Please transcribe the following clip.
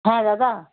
হ্যাঁ দাদা